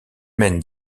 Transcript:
mène